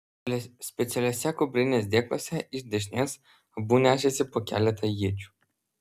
specialiuose kuprinės dėkluose iš dešinės abu nešėsi po keletą iečių